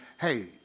hey